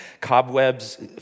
cobwebs